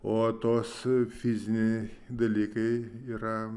o tos fiziniai dalykai yra